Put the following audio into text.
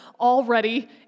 already